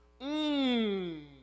Mmm